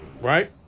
Right